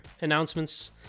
announcements